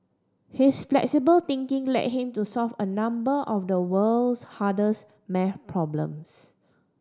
his flexible thinking led him to solve a number of the world's hardest maths problems